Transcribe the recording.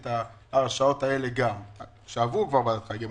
גם את ההרשאות האלה שעברו כבר ועדת חריגים.